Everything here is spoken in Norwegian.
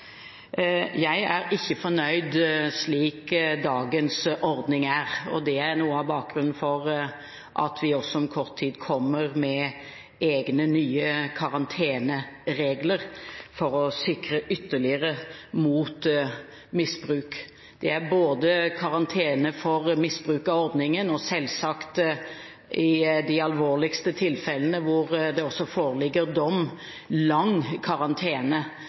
Jeg er ikke fornøyd med dagens ordning. Det er noe av bakgrunnen for at vi om kort tid kommer med egne nye karanteneregler for å sikre ytterligere mot misbruk. Det er karantene for misbruk av ordningen og selvsagt – i de alvorligste tilfellene hvor det foreligger dom – lang karantene